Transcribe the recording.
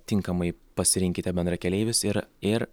tinkamai pasirinkite bendrakeleivius ir ir